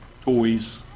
toys